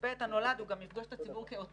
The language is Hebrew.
נצפה את הנולד הוא גם יפגוש את הציבור כעותרים.